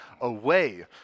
away